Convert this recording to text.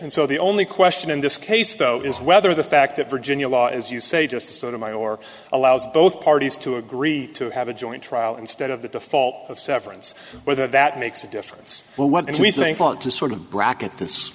and so the only question in this case though is whether the fact that virginia law as you say just sort of mine or allows both parties to agree to have a joint trial instead of the default of severance whether that makes a difference well what and we think want to sort of bracket this